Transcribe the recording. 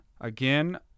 again